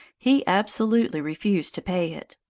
he absolutely refused to pay it.